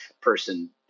person